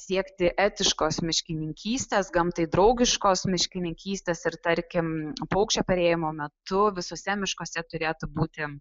siekti etiškos miškininkystės gamtai draugiškos miškininkystės ir tarkim paukščių perėjimo metu visuose miškuose turėtų būti